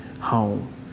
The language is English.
home